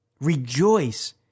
rejoice